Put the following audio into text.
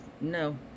No